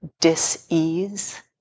dis-ease